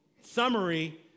Summary